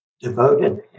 Devoted